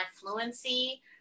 fluency